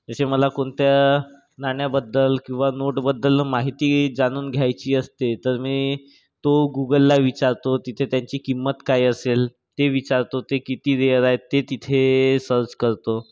तसे मला कोणत्या नाण्याबद्दल किंवा नोटबद्दल माहिती जाणून घ्यायची असते तर मी तो गुगलला विचारतो तिथे त्यांची किंमत काय असेल ते विचारतो ते किती रेअर आहे ते तिथे सर्च करतो